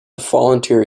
volunteer